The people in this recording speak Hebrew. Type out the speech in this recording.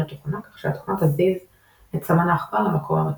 תוכנה כך שהתוכנה תזיז את סמן העכבר למקום המתאים.